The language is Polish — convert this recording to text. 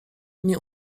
nie